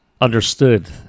understood